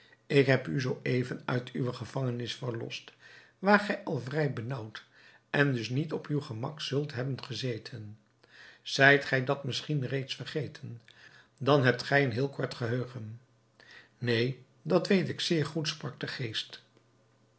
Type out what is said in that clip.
ik heb u zoo even uit uwe gevangenis verlost waar gij al vrij benaauwd en dus niet op uw gemak zult hebben gezeten zijt gij dat misschien reeds vergeten dan hebt gij een heel kort geheugen neen dat weet ik zeer goed sprak de geest